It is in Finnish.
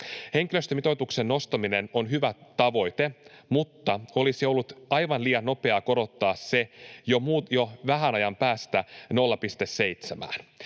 Henkilöstömitoituksen nostaminen on hyvä tavoite, mutta olisi ollut aivan liian nopeaa korottaa se jo vähän ajan päästä 0,7:ään.